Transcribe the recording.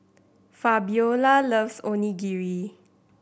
Fabiola loves Onigiri